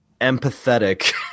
empathetic